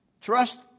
Trust